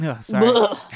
Sorry